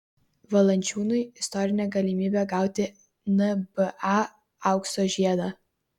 valančiūnui istorinė galimybė gauti nba aukso žiedą